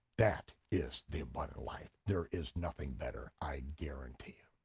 that is the abundant life, there is nothing better, i guarantee it.